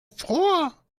fror